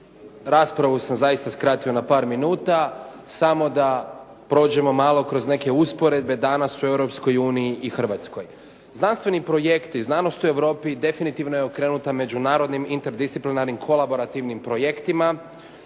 Raspravu sam zaista skratio na par minuta. Samo da prođemo malo kroz neke usporedbe danas u Europskoj uniji i Hrvatskoj. Znanstveni projekti “Znanost u Europi“ definitivno je okrenut međunarodnim interdisciplinarnim kolaborativnim projektima,